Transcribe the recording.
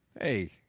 Hey